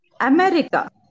America